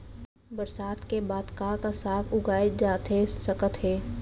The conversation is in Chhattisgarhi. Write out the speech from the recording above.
बरसात के बाद का का साग उगाए जाथे सकत हे?